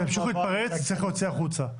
אם תמשיכו להתפרץ, נצטרך להוציא החוצה.